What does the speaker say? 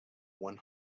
one